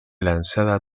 lanzada